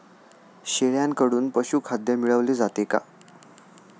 शेळ्यांकडून पशुखाद्य मिळवले जाते का?